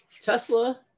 Tesla